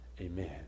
amen